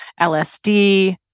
LSD